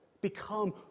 become